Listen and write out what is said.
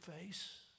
face